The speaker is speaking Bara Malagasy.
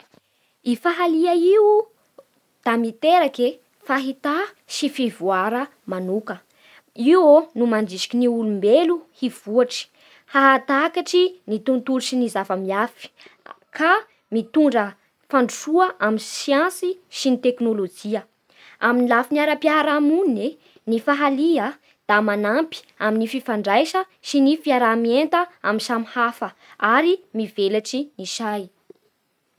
I fahalia io da miteraky e fahita sy fivoara manoka. Io ô no mandrisiky ny olombelo hivoatsy, hanatakatsy ny tontolo sy ny zava-miafy ka mitondra fandrosoa amin'ny siansy sy ny tekinôlôjia. Amin'ny lafin'ny ara-piarahamonina e ny fahalia da manampy amin'ny fifandraisa sy ny fiaraha mienta amin'ny samy hafa ary mivelatsy ny say.